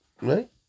Right